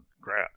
crap